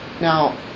Now